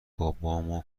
بابامو